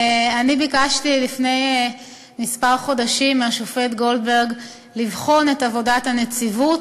אני ביקשתי לפני כמה חודשים מהשופט גולדברג לבחון את עבודת הנציבות,